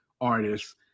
artists